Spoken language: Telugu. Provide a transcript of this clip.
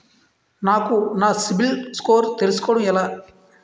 నాకు నా సిబిల్ స్కోర్ తెలుసుకోవడం ఎలా?